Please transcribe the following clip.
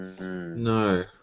No